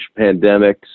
pandemics